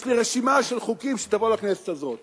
יש לי רשימה של חוקים שתבוא לכנסת הזאת